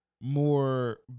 more